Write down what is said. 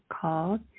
called